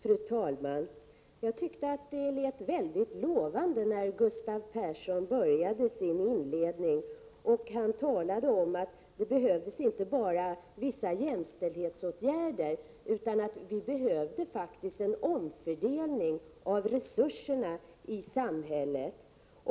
Fru talman! Jag tyckte att det lät väldigt lovande när Gustav Persson började sitt anförande med att tala om att det behövs inte bara vissa jämställdhetsåtgärder utan faktiskt också en omfördelning av resurserna i samhället.